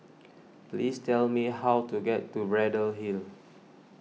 please tell me how to get to Braddell Hill